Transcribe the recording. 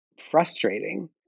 frustrating